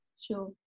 Sure